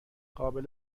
قابل